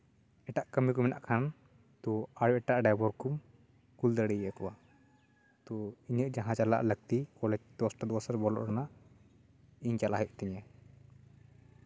ᱮᱴᱟᱜ ᱠᱟᱹᱢᱤ ᱠᱚ ᱢᱮᱱᱟᱜ ᱠᱷᱟᱱ ᱛᱚ ᱟᱨ ᱮᱴᱟᱜ ᱰᱟᱭᱵᱷᱟᱨ ᱠᱚᱢ ᱠᱩᱞ ᱫᱟᱲᱮᱭᱟᱠᱚᱣᱟ ᱛᱚ ᱤᱧᱟᱹᱜ ᱪᱟᱞᱟᱜ ᱞᱟᱹᱠᱛᱤ ᱠᱚᱞᱮᱡᱽ ᱫᱚᱥᱴᱟ ᱫᱚᱥ ᱵᱚᱞᱚᱜ ᱨᱮᱱᱟᱜ ᱤᱧ ᱪᱟᱞᱟᱜ ᱦᱩᱭᱩᱜ ᱛᱤᱧᱟᱹ